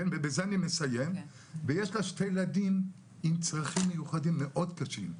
ויש לה שני ילדים עם צרכים מיוחדים מאוד קשים,